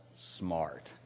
Smart